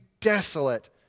desolate